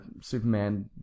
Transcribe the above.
Superman